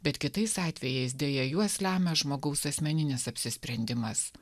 bet kitais atvejais deja juos lemia žmogaus asmeninis apsisprendimas